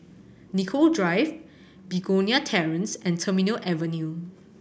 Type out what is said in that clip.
Nicoll Drive Begonia Terrace and Terminal Avenue